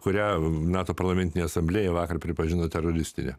kurią nato parlamentinę asamblėją vakar pripažino teroristine